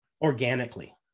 organically